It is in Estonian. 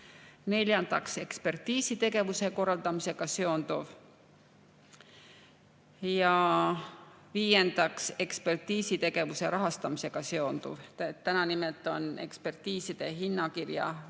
Neljandaks, ekspertiisitegevuse korraldamisega seonduv. Ja viiendaks, ekspertiisitegevuse rahastamisega seonduv. On nähtud ette ekspertiiside hinnakirja